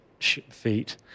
feet